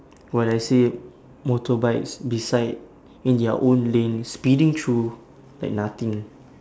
while I see motorbikes beside in their own lanes speeding through like nothing